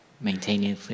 maintaining